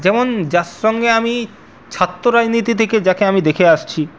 যেমন যার সঙ্গে আমি ছাত্র রাজনীতি থেকে যাকে আমি দেখে আসছি